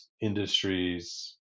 industries